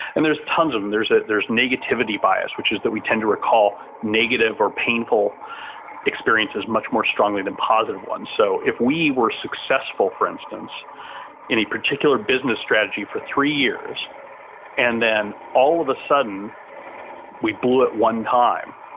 and there's tons of and them. ah there's negativity bias, which is that we tend to recall negative or painful experiences much more strongly than positive ones so, if we were successful, for instance in a particular business strategy for three years and then all of a sudden we blew it one time,